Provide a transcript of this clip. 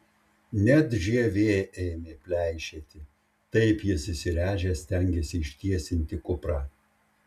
net žievė ėmė pleišėti taip jis įsiręžęs stengėsi ištiesinti kuprą